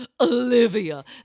Olivia